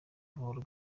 gahoro